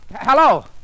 Hello